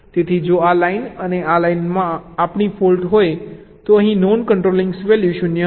તેથી જો આ લાઇન અને આ લાઇનમાં આપણી ફોલ્ટ હોય તો અહીં નોન કંટ્રોલિંગ વેલ્યૂઝ શૂન્ય હશે